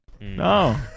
No